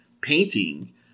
painting